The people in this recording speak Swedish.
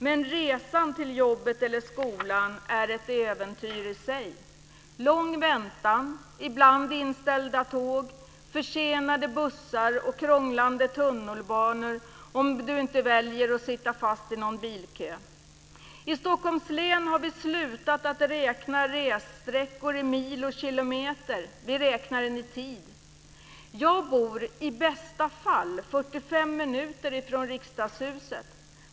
Men resan till jobbet och skolan är ett äventyr i sig. Lång väntan, ibland inställda tåg, försenade bussar och krånglande tunnelbanor, om du inte väljer att sitta fast i någon bilkö. I Stockholms län har vi slutat att räkna ressträckor i mil och kilometer. Vi räknar dem i tid. Jag bor i bästa fall 45 minuter från Riksdagshuset.